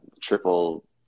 triple